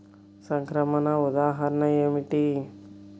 సంక్రమణ ఉదాహరణ ఏమిటి?